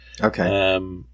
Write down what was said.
Okay